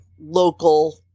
local